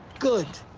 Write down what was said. good.